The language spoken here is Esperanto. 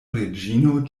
reĝino